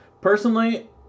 Personally